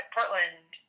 Portland